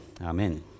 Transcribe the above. Amen